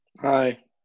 Hi